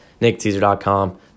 NickTeaser.com